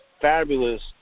fabulous